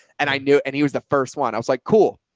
and i knew, and he was the first one. i was like, cool.